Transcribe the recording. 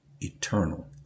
eternal